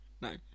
No